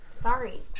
Sorry